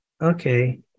okay